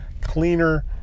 cleaner